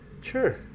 Sure